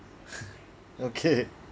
okay